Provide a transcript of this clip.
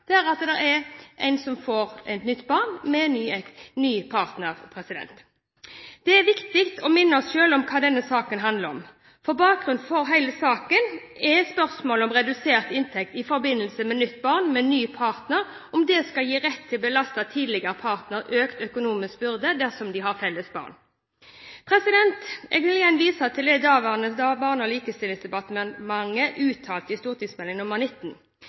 enkelte tilfeller underveis der noen får et nytt barn med ny partner. Det er viktig å minne oss selv om hva denne saken handler om. Bakgrunnen for hele saken er spørsmålet om redusert inntekt i forbindelse med nytt barn med ny partner, og om det skal gis rett til å belaste tidligere partner med en økt økonomisk byrde dersom de har felles barn. Jeg vil igjen vise til hva det daværende Barne- og likestillingsdepartementet uttalte i St.meld. nr. 19